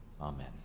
Amen